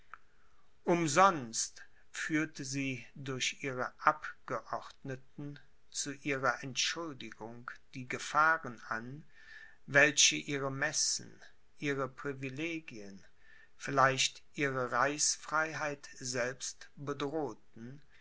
umsonst führte sie durch ihre abgeordneten zu ihrer entschuldigung die gefahren an welche ihre messen ihre privilegien vielleicht ihre reichsfreiheit selbst bedrohten